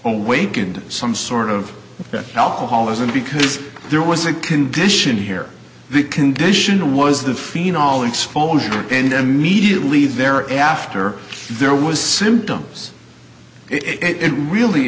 awakened some sort of alcoholism because there was a condition here the condition was the phenol exposure and immediately there after there was symptoms it really